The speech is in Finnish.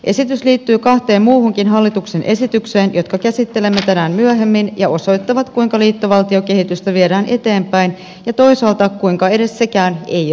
esitys liittyy kahteen muuhunkin hallituksen esitykseen jotka käsittelemme tänään myöhemmin ja jotka osoittavat sen kuinka liittovaltiokehitystä viedään eteenpäin ja toisaalta sen kuinka edes se ei riitä